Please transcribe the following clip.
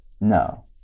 No